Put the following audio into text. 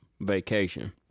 vacation